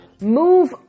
Move